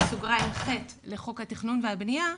(ח') לחוק התכנון והבנייה,